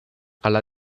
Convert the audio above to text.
alla